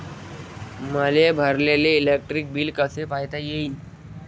मले भरलेल electric bill कस पायता येईन?